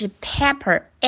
pepper